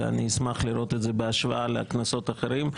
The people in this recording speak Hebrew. ואני אשמח לראות את זה בהשוואה לכנסות אחרות.